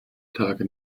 tage